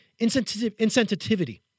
insensitivity